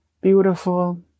beautiful